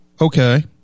okay